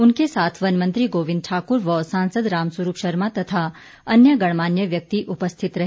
उनके साथ वन मंत्री गोविंद ठाकुर व सांसद राम स्वरूप शर्मा व अन्य गणमान्य व्यक्ति उपस्थित रहे